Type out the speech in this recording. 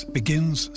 begins